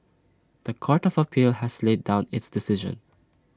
The Court of appeal has laid down its decision